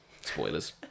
Spoilers